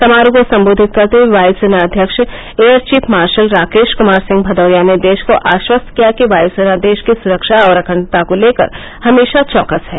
समारोह को संबोधित करते हए वायुसेना अध्यक्ष air chief marshal Rakesh Kumar Singh Bhadauria ने देश को आश्वस्त किया कि वायु सेना देश की सुरक्षा और अखंडता को लेकर हमेशा चौकस है